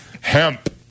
hemp